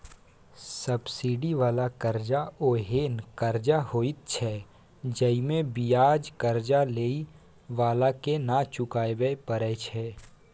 subsidy बला कर्जा ओहेन कर्जा होइत छै जइमे बियाज कर्जा लेइ बला के नै चुकाबे परे छै